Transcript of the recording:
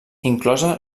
inclosa